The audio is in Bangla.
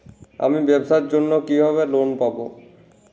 আমি ব্যবসার জন্য কিভাবে লোন পাব?